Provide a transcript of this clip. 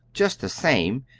just the same,